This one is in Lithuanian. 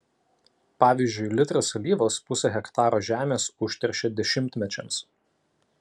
pavyzdžiui litras alyvos pusę hektaro žemės užteršia dešimtmečiams